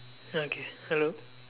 okay hello